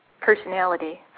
personality